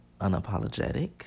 unapologetic